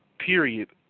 period